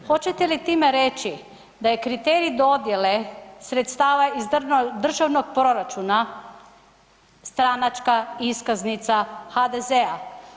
Hoćete li time reći da je kriterij dodijele sredstava iz državnog proračuna stranačka iskaznica HDZ-a?